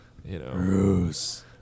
Bruce